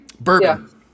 Bourbon